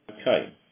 Okay